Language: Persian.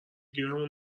گیرمون